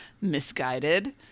misguided